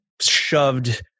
shoved